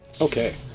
Okay